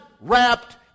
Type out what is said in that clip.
wrapped